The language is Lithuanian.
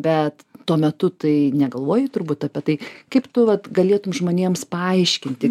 bet tuo metu tai negalvojai turbūt apie tai kaip tu vat galėtum žmonėms paaiškinti